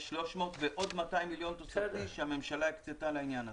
יש 300 ועוד 200 מיליון תוספתי שהממשלה הקצתה לעניין הזה.